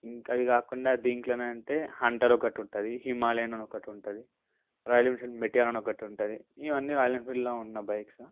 ఇంకా ఇవి కాకుండా దీంట్లోనే అంటే హంటర్ ఒకటి ఉంటుంది హిమాలయన్ అని ఒకటి ఉంటుంది రాయల్ ఎన్ఫీల్డ్ మెటిఆర్ ఒకటి ఉంటుంది ఇవన్నీ రాయల్ ఎన్ఫీల్డ్లో ఉన్న బైక్స్